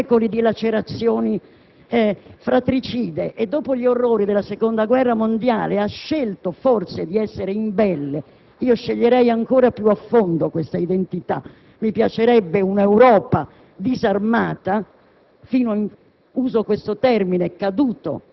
cioè non dedito alla guerra, che dopo secoli di lacerazioni fratricide e dopo gli orrori della Seconda guerra mondiale ha scelto, forse, di essere imbelle (sceglierei ancora più a fondo questa entità: mi piacerebbe una Europa disarmata;